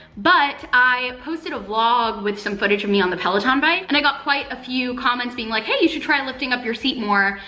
but i posted a blog with some footage of me on the peloton bike, and i got quite a few comments being like, hey, you should try lifting up your seat more.